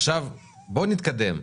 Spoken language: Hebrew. עכשיו בוא נתקדם.